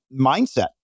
mindset